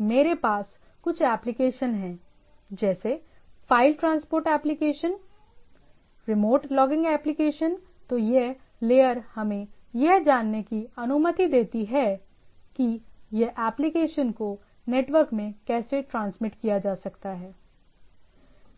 मेरे पास कुछ एप्लिकेशन हैं जैसे file transport application remote logging application तो यह लेयर हमें यह जानने की अनुमति देती है कि यह एप्लिकेशन को नेटवर्क में कैसे ट्रांसमिट किया जा सकता है